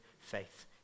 faith